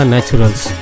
Naturals